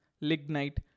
lignite